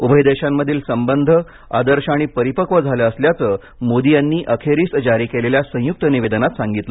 उभय देशांमधील संबंध आदर्श आणि परिपक्व झाले असल्याचं मोदी यांनी अखेरीस जारी केलेल्या संयुक्त निवेदनात सांगितलं